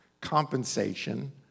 compensation